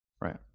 right